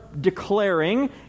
declaring